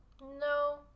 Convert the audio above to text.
no